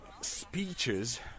speeches